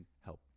help